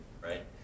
right